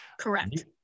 Correct